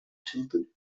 tilted